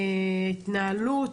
התנהלות,